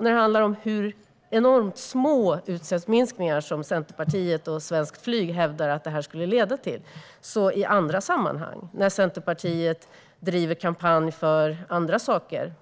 När det handlar om hur enormt små utsläppsminskningar som Centerpartiet och Svenskt Flyg hävdar att detta skulle leda till finns andra sammanhang där Centerpartiet driver kampanj för saker